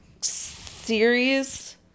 series